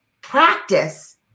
practice